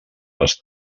les